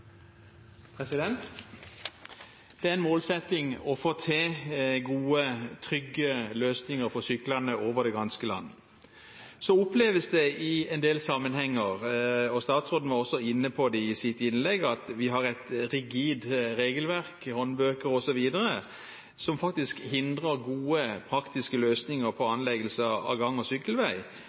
ganske land. Så oppleves det i en del sammenhenger – statsråden var også inne på det i sitt innlegg – at vi har et rigid regelverk, håndbøker osv., som faktisk hindrer gode, praktiske løsninger på anleggelse av gang- og sykkelvei,